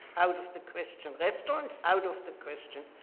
out of the question. restaurant, out of the question.